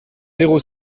zéro